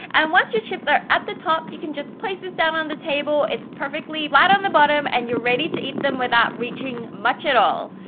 and once your chips are at the top you can just place this down on the table. it's perfectly flat on the bottom and your ready to eat them without reaching much at all.